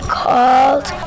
called